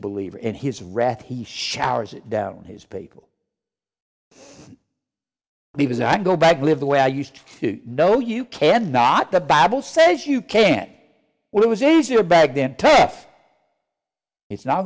believer in his wrath he showers it down his people because i go back to live the way i used to know you cannot the bible says you can't well it was easier back then tough it's not